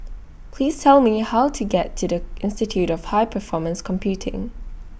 Please Tell Me How to get to The Institute of High Performance Computing